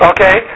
Okay